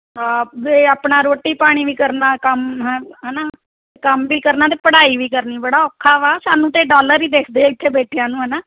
ਆਪਦੇ ਆਪਣਾ ਰੋਟੀ ਪਾਣੀ ਵੀ ਕਰਨਾ ਕੰਮ ਹ ਹੈ ਨਾ ਕੰਮ ਵੀ ਕਰਨਾ ਅਤੇ ਪੜ੍ਹਾਈ ਵੀ ਕਰਨੀ ਬੜਾ ਔਖਾ ਵਾ ਸਾਨੂੰ ਤਾਂ ਡਾਲਰ ਹੀ ਦਿਖਦੇ ਇੱਥੇ ਬੈਠਿਆਂ ਨੂੰ ਹੈ ਨਾ